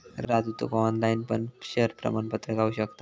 राजू तुका ऑनलाईन पण शेयर प्रमाणपत्र गावु शकता